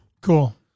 Cool